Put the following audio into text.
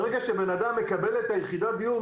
ברגע שבן אדם מקבל את יחידת הדיור,